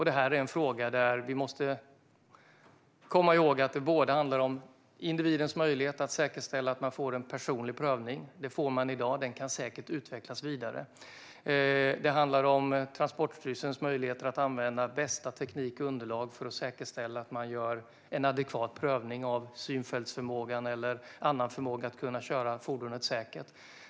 Det här är en fråga där vi måste komma ihåg att det både handlar om individens möjlighet att säkerställa att man får en personlig prövning - det får man i dag, och det kan säkert utvecklas vidare - och om Transportstyrelsens möjligheter att använda bästa teknik och underlag för att säkerställa att man gör en adekvat prövning av synfältsförmågan eller annan förmåga att kunna köra fordonet säkert.